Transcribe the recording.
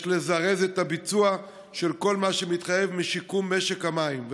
יש לזרז את הביצוע של כל מה שמתחייב משיקום משק המים.